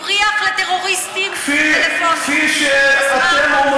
הבריח לטרוריסטים פלאפונים,